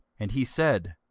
and he said,